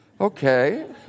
Okay